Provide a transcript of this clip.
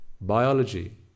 biology